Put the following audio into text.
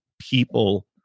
people